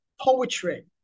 poetry